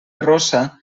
rossa